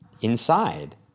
Inside